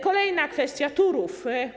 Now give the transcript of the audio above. Kolejna kwestia: Turów.